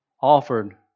offered